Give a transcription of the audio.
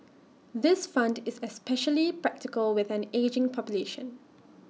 this fund is especially practical with an ageing population